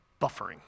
buffering